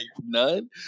none